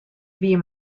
wie